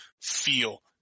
feel